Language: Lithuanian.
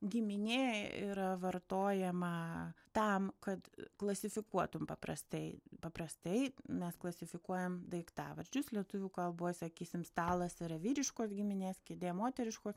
giminė yra vartojama tam kad klasifikuotum paprastai paprastai mes klasifikuojam daiktavardžius lietuvių kalboj sakysim stalas yra vyriškos giminės kėdė moteriškos